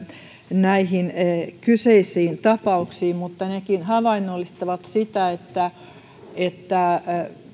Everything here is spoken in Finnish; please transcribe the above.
näihin kyseisiin tapauksiin mutta nekin havainnollistavat sitä että että